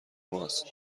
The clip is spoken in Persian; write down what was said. ماست